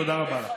תודה רבה לכם.